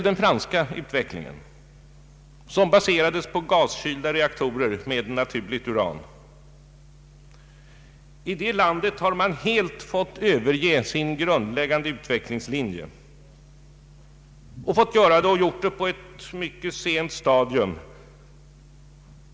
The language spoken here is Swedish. Den franska utvecklingen t.ex. baserades på gaskylda reaktorer med naturligt uran. I det landet har man helt fått överge sin grundläggande utvecklingslinje och gjort det på ett mycket sent stadium.